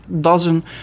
dozen